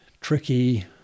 tricky